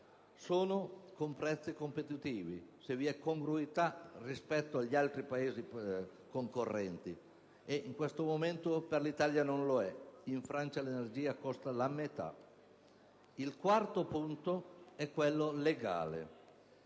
hanno prezzi competitivi, se vi è congruità rispetto agli altri Paesi concorrenti, e in questo momento per l'Italia così non è: in Francia l'energia costa la metà. Il quarto obiettivo è quello legale,